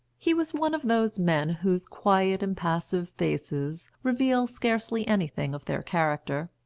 he was one of those men whose quiet impassive faces reveal scarcely anything of their character.